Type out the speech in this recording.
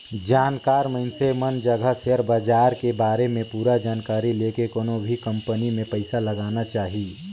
जानकार मइनसे मन जघा सेयर बाजार के बारे में पूरा जानकारी लेके कोनो भी कंपनी मे पइसा लगाना चाही